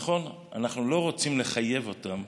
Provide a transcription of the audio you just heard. נכון, אנחנו לא רוצים לחייב אותם,